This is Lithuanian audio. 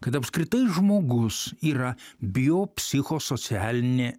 kad apskritai žmogus yra biopsichosocialinė